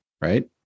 Right